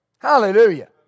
Hallelujah